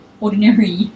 ordinary